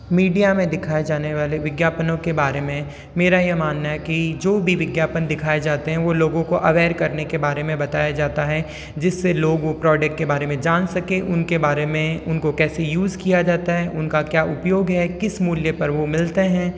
media में दिखाए जाने वाले विज्ञापनों के बारे में मेरा यह मानना है कि जो भी विज्ञापन दिखाए जाते हैं वो लोगों को अवेयर करने के बारे में बताया जाता है जिससे लोग वो प्रोडक्ट के बारे में जान सकें उनके बारे में उनको कैसे यूज़ किया जाता है उनका क्या उपयोग है किस मूल्य पर वो मिलते हैं